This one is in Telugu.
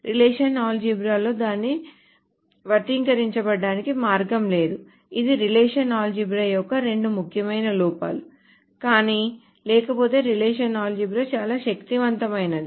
రిలేషనల్ ఆల్జీబ్రాలో దీనిని వ్యక్తీకరించడానికి మార్గం లేదు ఇవి రిలేషనల్ ఆల్జీబ్రా యొక్క రెండు ముఖ్యమైన లోపాలు కానీ లేకపోతే రిలేషనల్ ఆల్జీబ్రా చాలా శక్తివంతమైనది